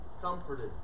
comforted